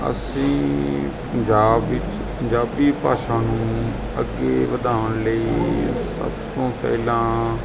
ਅਸੀਂ ਪੰਜਾਬ ਵਿੱਚ ਪੰਜਾਬੀ ਭਾਸ਼ਾ ਨੂੰ ਅੱਗੇ ਵਧਾਉਣ ਲਈ ਸਭ ਤੋਂ ਪਹਿਲਾਂ